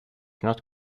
not